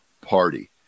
party